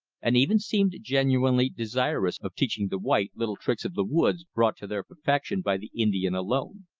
and even seemed genuinely desirous of teaching the white little tricks of the woods brought to their perfection by the indian alone.